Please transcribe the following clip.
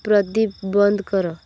ପ୍ରଦୀପ ବନ୍ଦ କର